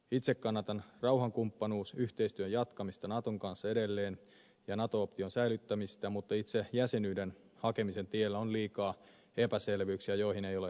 itse kannatan rauhankumppanuusyhteistyön jatkamista naton kanssa edelleen ja nato option säilyttämistä mutta itse jäsenyyden hakemisen tiellä on liikaa epäselvyyksiä joihin ei ole vastauksia esitetty